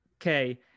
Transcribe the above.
Okay